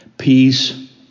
Peace